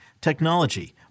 technology